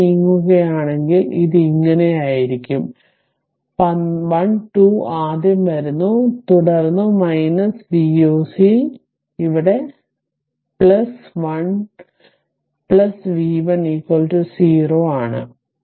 ഇങ്ങനെ നീങ്ങുകയാണെങ്കിൽ അത് ഇങ്ങനെയായിരിക്കും 12 ആദ്യം വരുന്നു തുടർന്ന് V oc ഇവിടെ rv 1 v 1 0 ആണ്